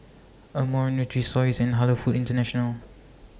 Amore Nutrisoy and Halal Foods International